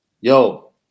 yo